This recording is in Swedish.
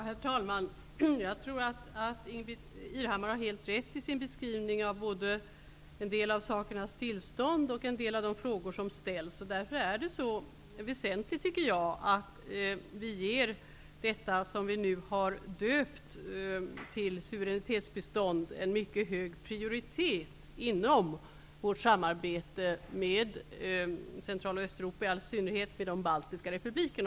Herr talman! Jag tror att Ingbritt Irhammar har helt rätt i sin beskrivning både av sakernas tillstånd och av de frågor som ställs. Därför är det väsentligt att vi ger detta som vi har döpt till suveränitetsbistånd en mycket hög prioritet inom vårt samarbete med Central och Östeuropa, och i all synnerhet när det gäller de baltiska republikerna.